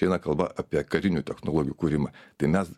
eina kalba apie karinių technologijų kūrimą tai mes